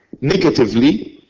negatively